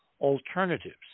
alternatives